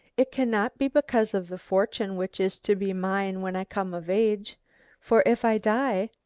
it cannot be because of the fortune which is to be mine when i come of age for if i die,